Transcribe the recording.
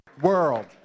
world